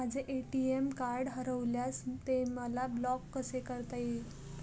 माझे ATM card हरविल्यास ते मला ब्लॉक कसे करता येईल?